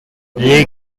les